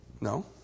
No